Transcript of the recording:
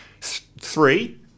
three